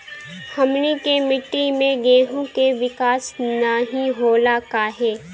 हमनी के मिट्टी में गेहूँ के विकास नहीं होला काहे?